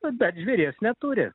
bet žvėries neturi